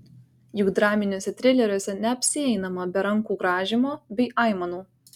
juk draminiuose trileriuose neapsieinama be rankų grąžymo bei aimanų